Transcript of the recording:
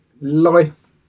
Life